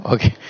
Okay